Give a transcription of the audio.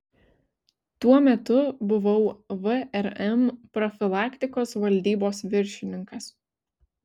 tuo metu buvau vrm profilaktikos valdybos viršininkas